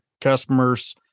customers